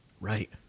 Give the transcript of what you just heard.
Right